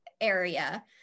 area